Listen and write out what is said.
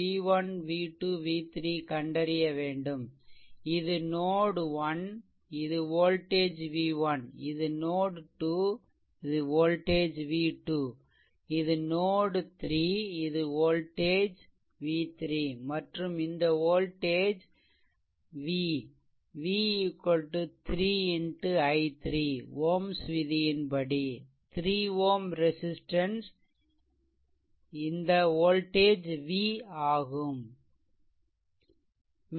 v1 v2 v3 கண்டறிய வேண்டும் இது நோட் 1இது வோல்டேஜ் v1 இது நோட் 2இது வோல்டேஜ் v2 இது நோட் 3இது வோல்டேஜ் v3 மற்றும் இந்த voltage v v 3 x i3 ohm's விதியின் படி 3Ω ரெசிஷ்ட்டன்ஸ் இந்த வோல்டேஜ் v ஆகும்